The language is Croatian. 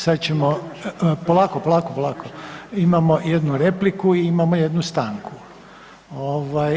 Sad ćemo, polako, polako, polako, imamo jednu repliku i imamo jednu stanku.